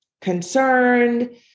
concerned